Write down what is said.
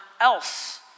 else